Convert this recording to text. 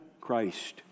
Christ